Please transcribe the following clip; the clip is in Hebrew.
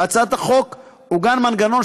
בהצעת החוק עוגן מנגנון,